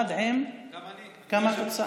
גם אני, אדוני היושב-ראש.